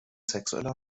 sexueller